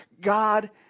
God